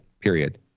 Period